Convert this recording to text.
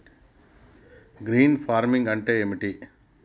Green farming అంటే ఏమిటి?